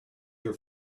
your